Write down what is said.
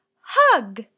Hug